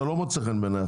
זה לא מוצא חן בעיניי,